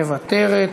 מוותרת.